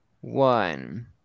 one